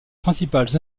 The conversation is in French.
principales